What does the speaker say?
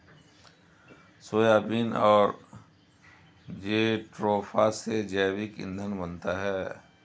soybean और jatropha से जैविक ईंधन बनता है